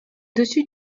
dessus